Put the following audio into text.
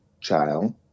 child